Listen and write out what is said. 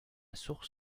source